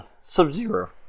Sub-zero